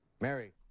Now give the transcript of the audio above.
Mary